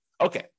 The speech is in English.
okay